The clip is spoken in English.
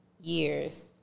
years